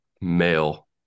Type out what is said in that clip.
male